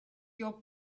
your